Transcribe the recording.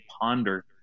ponder